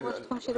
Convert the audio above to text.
לראש תחום שילוב